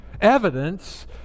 evidence